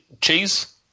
cheese